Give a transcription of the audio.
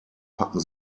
packen